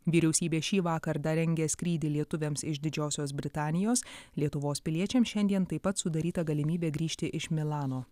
vyriausybė šį vakar dar rengia skrydį lietuviams iš didžiosios britanijos lietuvos piliečiams šiandien taip pat sudaryta galimybė grįžti iš milano